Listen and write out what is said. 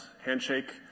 handshake